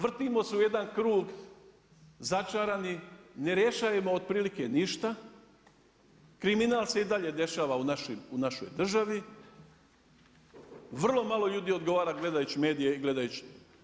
Vrtimo se u jedan krug začarani, ne rješavamo otprilike ništa, kriminal se i dalje dešava u našoj državi, vrlo malo ljudi odgovara gledajući medije i gledajući.